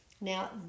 Now